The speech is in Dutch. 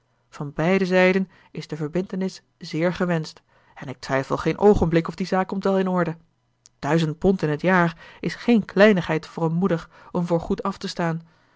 van beide zijden is de verbintenis zeer gewenscht en ik twijfel geen oogenblik of die zaak komt wel in orde duizend pond in t jaar is geen kleinigheid voor een moeder om voor goed af te staan